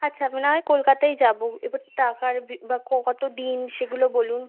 আচ্ছা নাহয় কলকাতাই যাবো এবার টাকার বি বা কতো দিন সেগুলো বলুন